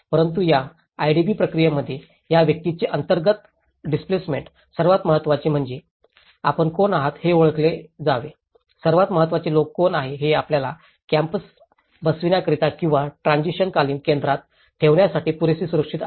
परंतु आता या आयडीपी प्रक्रियेमध्ये या व्यक्तींचे अंतर्गत डिस्प्लेसमेंट सर्वात महत्वाचे म्हणजे आपण कोण आहात हे ओळखले जावे सर्वात महत्त्वाचे लोक कोण आहेत हे आपल्याला कॅम्प्सात बसविण्याकरिता किंवा ट्रान्सिशनकालीन केंद्रात ठेवण्यासाठी पुरेसे सुरक्षित आहे